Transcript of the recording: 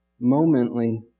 momently